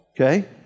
Okay